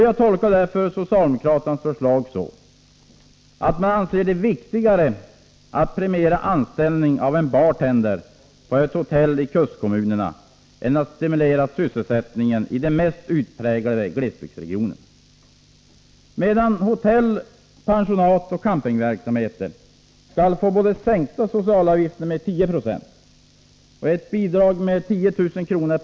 Jag tolkar socialdemokraternas förslag så att man anser att det är viktigare att premiera anställning av en bartender på ett hotell i kustkommunerna än att stimulera sysselsättningen i de mest utpräglade glesbygdsområdena. Medan hotell-, pensionatsoch campingverksamheter skall få både sänkta socialavgifter med 10 90 och ett bidrag med 10 000 kr.